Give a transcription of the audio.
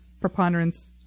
preponderance